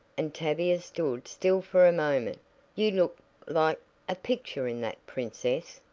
and tavia stood still for a moment you look like a picture in that princess.